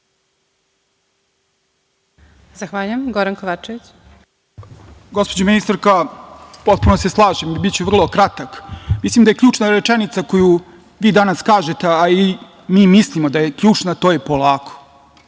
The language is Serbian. Zahvaljujem. Gospođo ministarka, potpuno se slažem i biću vrlo kratak. Mislim da je ključna rečenica koju vi danas kažete, a i mi mislimo da je ključna to je "polako".